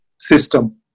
system